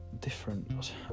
different